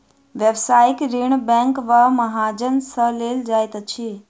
व्यवसायिक ऋण बैंक वा महाजन सॅ लेल जाइत अछि